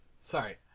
sorry